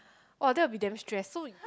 oh that would be damn stress so